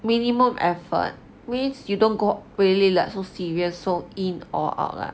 minimum effort means you don't go really like so serious so in or out lah